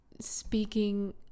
speaking